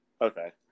Okay